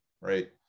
right